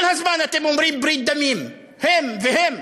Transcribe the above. כל הזמן אתם אומרים: ברית דמים, הם והם,